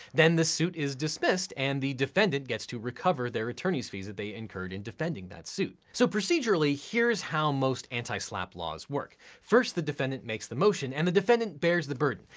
then the suit is dismissed and the defendant gets to recover their attorneys fees that they incurred in defending that suit. so procedurally, here's how most anti-slapp laws work. first, the defendant makes the motion. and the defendant bears the burden.